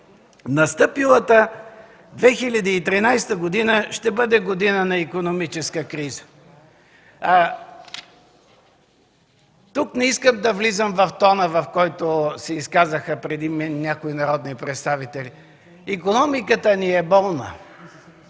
настъпилата 2013 г. ще бъде година на икономическа криза. Тук не искам да влизам в тона, с който се изказаха преди мен някои народни представители. Икономиката ни е болна,